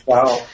Wow